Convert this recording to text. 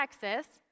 Texas